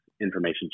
information